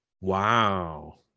Wow